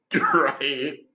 right